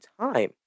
time